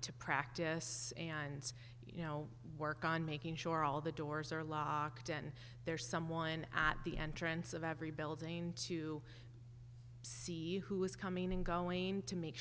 to practice and you know work on making sure all the doors are locked in there someone at the entrance of every building to see who is coming and going to make